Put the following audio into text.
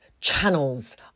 channels